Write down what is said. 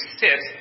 sit